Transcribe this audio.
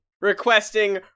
requesting